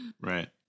right